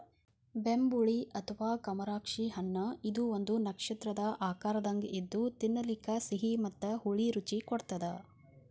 ಬೆಂಬುಳಿ ಅಥವಾ ಕಮರಾಕ್ಷಿ ಹಣ್ಣಇದು ಒಂದು ನಕ್ಷತ್ರದ ಆಕಾರದಂಗ ಇದ್ದು ತಿನ್ನಲಿಕ ಸಿಹಿ ಮತ್ತ ಹುಳಿ ರುಚಿ ಕೊಡತ್ತದ